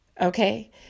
Okay